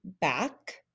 back